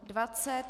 20.